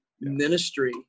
ministry